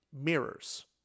mirrors